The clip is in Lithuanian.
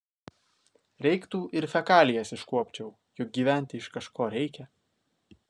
reiktų ir fekalijas iškuopčiau juk gyventi iš kažko reikia